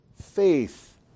faith